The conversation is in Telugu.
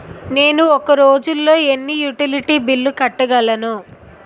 నేను ఒక రోజుల్లో ఎన్ని యుటిలిటీ బిల్లు కట్టగలను?